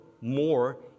more